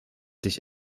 dich